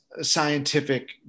scientific